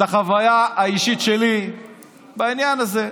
החוויה האישית שלי בעניין הזה,